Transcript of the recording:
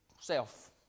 self